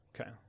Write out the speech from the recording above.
Okay